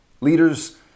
Leaders